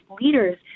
leaders